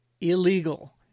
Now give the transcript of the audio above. Illegal